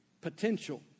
potential